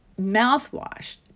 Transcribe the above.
mouthwash